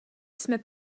jsme